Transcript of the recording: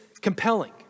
compelling